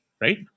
Right